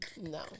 no